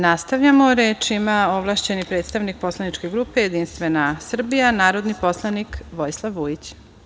Nastavljamo, reč ima ovlašćeni predstavnik poslaničke grupe JS, narodni poslanik Vojislav Vujić.